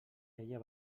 ella